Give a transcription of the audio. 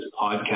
podcast